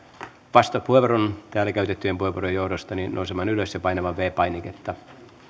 vastauspuheenvuoron täällä käytettyjen puheenvuorojen johdosta nousemaan ylös ja painamaan viides painiketta